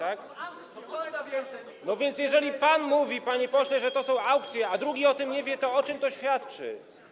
A więc jeżeli pan mówi, panie pośle, że to są aukcje, a drugi o tym nie wie, to o czym to świadczy?